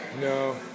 No